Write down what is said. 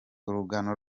urungano